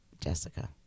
Jessica